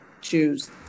choose